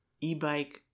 e-bike